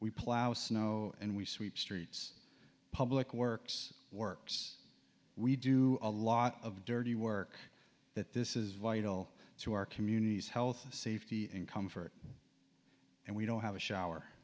we plow snow and we sweep streets public works works we do a lot of dirty work that this is vital to our communities health safety and comfort and we don't have a shower